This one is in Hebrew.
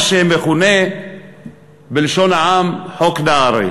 מה שמכונה בלשון העם חוק נהרי.